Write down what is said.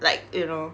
like you know